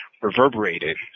Reverberated